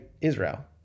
Israel